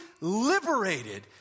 liberated